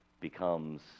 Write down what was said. becomes